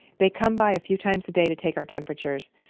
they come by a few times a day to take our temperatures.